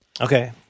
Okay